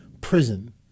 prison